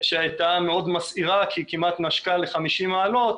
שהייתה מאוד מסעירה כי כמעט נשקה ל-50 מעלות,